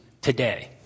today